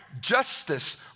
Justice